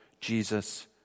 Jesus